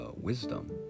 wisdom